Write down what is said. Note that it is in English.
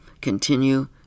continue